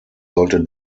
sollte